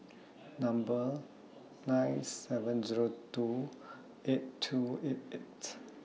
Number nine seven Zero two eight two eight eight